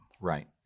Right